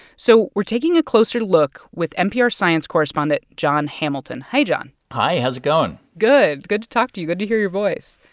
so we're taking a closer look with npr science correspondent jon hamilton. hi, jon hi. how's it going? good. good to talk to you. good to hear your voice.